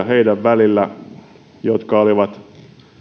heidän välillään jotka olivat